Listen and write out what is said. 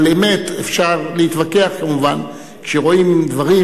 תודה רבה.